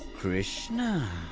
krishna?